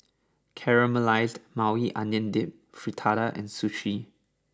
Caramelized Maui Onion Dip Fritada and Sushi